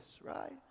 right